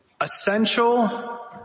essential